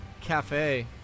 cafe